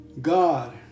God